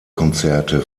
konzerte